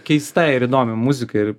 keista ir įdomi muzika ir